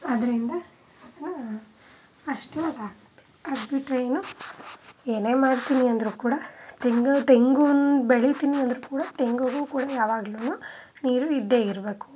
ಆದ್ದರಿಂದ ಅಷ್ಟು ಅದು ಬಿಟ್ಟರೆ ಏನು ಏನೇ ಮಾಡ್ತೀನಿ ಅಂದರೂ ಕೂಡ ತೆಂಗು ತೆಂಗು ಒಂದು ಬೆಳೀತಿನಿ ಅಂದರೂ ಕೂಡ ತೆಂಗಿಗೂ ಕೂಡ ಯಾವಾಗ್ಲೂ ನೀರು ಇದ್ದೇ ಇರಬೇಕು